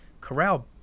Corral